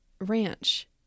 Ranch